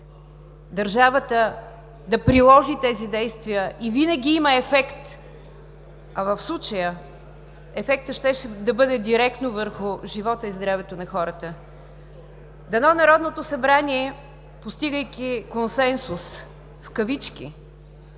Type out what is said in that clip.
държавата да приложи тези действия, и винаги има ефект. В случая ефектът щеше да бъде директно върху живота и здравето на хората. Дано Народното събрание, постигайки „консенсус“, да